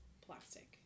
plastic